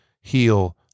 heal